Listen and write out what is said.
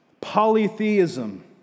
polytheism